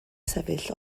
sefyll